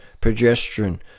progesterone